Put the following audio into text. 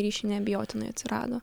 ryšiai neabejotinai atsirado